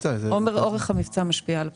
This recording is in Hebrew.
אורך המבצע משפיע על הפיצוי.